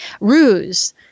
ruse